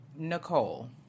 Nicole